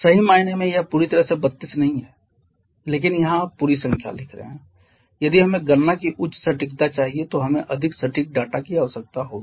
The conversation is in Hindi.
सही मायने में यह पूरी तरह से 32 नहीं है लेकिन यहां आप पूरी संख्या लिख रहे हैं यदि हमें गणना की उच्च सटीकता चाहिए तो हमें अधिक सटीक डाटा की आवश्यकता होगी